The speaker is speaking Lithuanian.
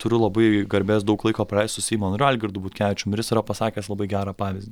turiu labai garbės daug laiko praeist su seimo nariu algirdu butkevičium ir jis yra pasakęs labai gerą pavyzdį